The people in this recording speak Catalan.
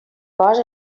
cos